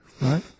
Right